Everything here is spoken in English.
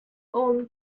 own